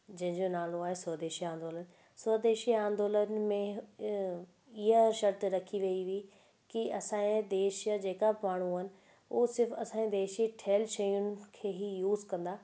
जंहिंजो नालो आहे स्वदेशी आंदोलनु स्वदेशी आंदोलनु में हीअ शर्तु रखी वयी हुई की असांजे देश जा जेका बि माण्हू आहिनि हू सिर्फ़ु असांजे देश जी ठहियल शयूंनि खे ई यूस कंदा